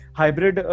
hybrid